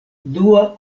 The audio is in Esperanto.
dua